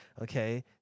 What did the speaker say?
Okay